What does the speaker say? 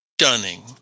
stunning